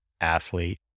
athlete